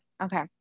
okay